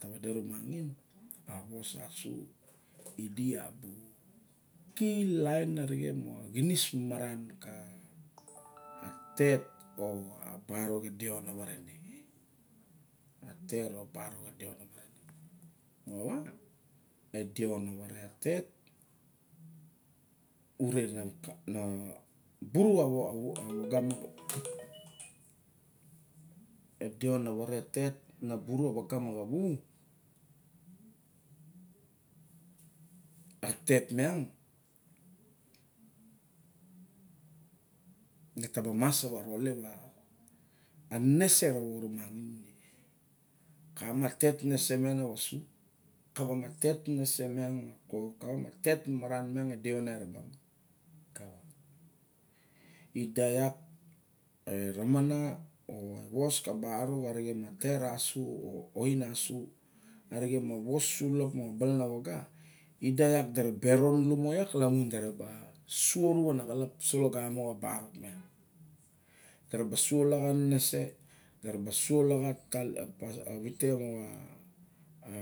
Ta vade ramangin a vos a su idi iat di bu key lain arixen moxa kinis maran ka tet edeo na ware ne. A tet a bak e deo na vare ne. Oe deo revare a tet ure e des na vare a tet na buru a vaga maxaru. A tet miang ne ta ba mos sa varalep a nenese rawa orumangin ine. Ida jak e ramana, e vos kabarok arixen ma tet asu, ain asa, arixen maros sulap moxa balana waga ida iak da ra ba rup a naxalap so lagamo xa barok miang. Da ra ba suo laxa a nere se. Da ra ba sua laxa a vite moxa